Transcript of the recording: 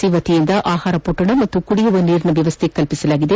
C ವತಿಯಿಂದ ಆಹಾರ ಪೊಟ್ಟಣ ಹಾಗೂ ಕುರಿಯುವ ನೀರಿನ ವ್ಯವಸ್ಥೆ ಮಾಡಲಾಗಿದೆ